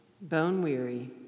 bone-weary